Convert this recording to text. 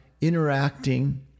interacting